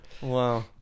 Wow